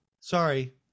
sorry